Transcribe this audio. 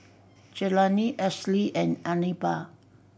Jelani Esley and Anibal